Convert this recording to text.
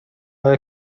آیا